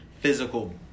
physical